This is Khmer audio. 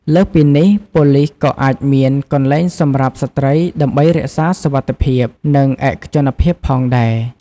លើសពីនេះ ប៉ូលិសក៏អាចមាន កន្លែងសម្រាប់ស្ត្រីដើម្បីរក្សាសុវត្ថិភាព និងឯកជនភាពផងដែរ។